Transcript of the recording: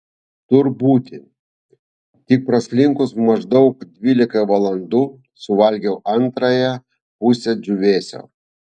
tur būti tik praslinkus maždaug dvylikai valandų suvalgiau antrąją pusę džiūvėsio